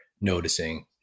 noticing